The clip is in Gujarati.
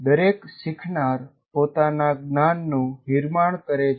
દરેક શીખનાર પોતાના જ્ઞાનનું નિર્માણ કરે છે